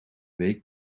week